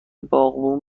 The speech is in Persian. باغبون